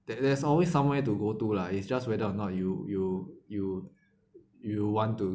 that that's always somewhere to go to lah it's just whether or not you you you you want to